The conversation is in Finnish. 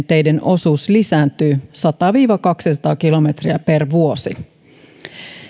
teiden osuus lisääntyy sata viiva kaksisataa kilometriä per vuosi